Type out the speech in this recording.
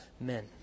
men